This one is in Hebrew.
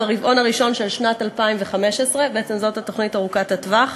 ברבעון הראשון של שנת 2015. בעצם זאת התוכנית ארוכת הטווח.